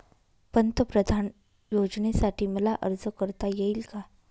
पंतप्रधान योजनेसाठी मला अर्ज करता येईल का?